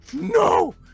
No